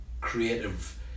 creative